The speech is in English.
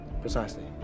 Precisely